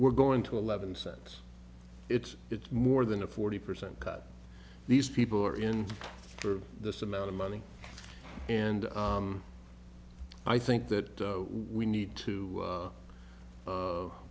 we're going to eleven cents it's it's more than a forty percent cut these people are in for this amount of money and i think that we need to